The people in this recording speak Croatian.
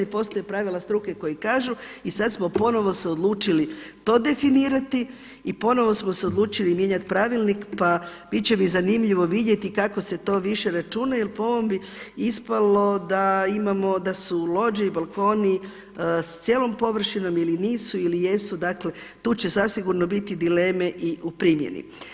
I postoje pravila struke koje kažu, i sada smo ponovno se odlučili to definirati i ponovno smo se odlučili mijenjati pravilnik pa biti će mi zanimljivo vidjeti kako se to više računa jer po ovome bi ispalo da imamo, da su lođe i balkoni sa cijelom površinom ili nisu ili jesu dakle tu će zasigurno biti dileme i u primjeni.